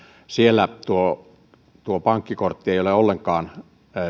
siellä pankkikortti ei ole ollenkaan